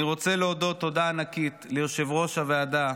אני רוצה להודות תודה ענקית ליושב-ראש הוועדה,